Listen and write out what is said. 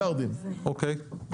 אוקיי.